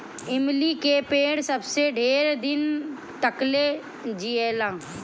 इमली के पेड़ सबसे ढेर दिन तकले जिएला